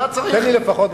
לא צריך.